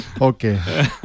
Okay